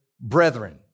brethren